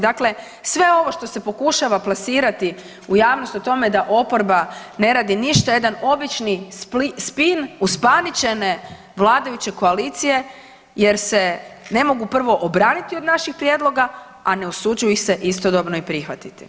Dakle, sve ovo što se pokušava plasirati u javnost o tome da oporba ne radi ništa je jedan običan spam uspaničene vladajuće koalicije, jer se ne mogu prvo obraniti od naših prijedloga, a ne usuđuju ih se istodobno i prihvatiti.